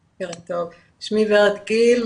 שמי ורד גיל,